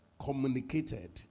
communicated